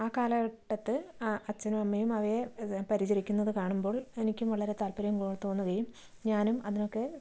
ആ കാലഘട്ടത്ത് അച്ഛനും അമ്മയും അവയെ പരിചരിക്കുന്നത് കാണുമ്പോൾ എനിക്കും വളരെ താല്പര്യം തോന്നുകയും ഞാനും അതിനൊക്കെ